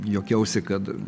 juokiausi kad